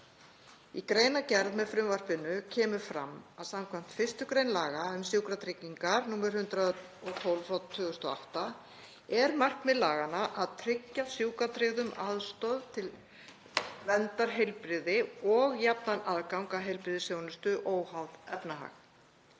Í greinargerð með frumvarpinu kemur fram að skv. 1. gr. laga um sjúkratryggingar, nr. 112/2008, er markmið laganna að tryggja sjúkratryggðum aðstoð til verndar heilbrigði og jafnan aðgang að heilbrigðisþjónustu óháð efnahag.